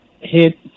hit